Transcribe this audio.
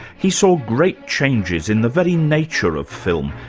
he saw great changes in the very nature of film,